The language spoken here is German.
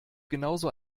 genauso